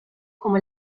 como